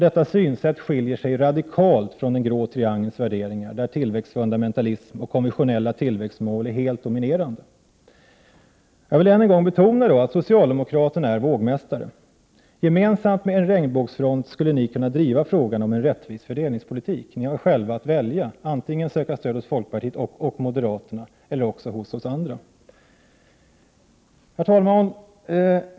Detta synsätt skiljer sig radikalt från den grå triangelns värderingar där tillväxtfundamentalism och konventionella tillväxtmål är helt dominerande. Jag vill än en gång betona att socialdemokraterna är vågmästare. Ni skulle tillsammans med en regnbågsfront driva frågan om en rättvis fördelningspolitik. Ni har själva att välja att antingen söka stöd hos folkpartiet och moderaterna eller hos oss andra. Herr talman!